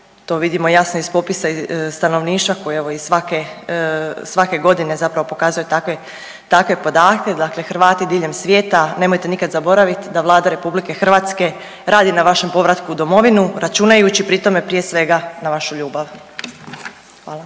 to vidimo jasno iz popisa stanovništva koji je evo iz svake, svake godine zapravo pokazuje takve podatke. Dakle, Hrvati diljem svijeta nemojte nikada zaboraviti da Vlada RH radi na vašem povratku u domovinu računajući pri tome prije svega na vašu ljubav. Hvala.